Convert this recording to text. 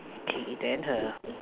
K then the